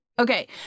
Okay